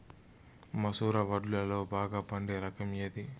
మసూర వడ్లులో బాగా పండే రకం ఏది?